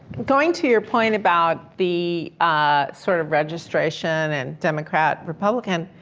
going to your point about the ah sort of registration and democrat, republican,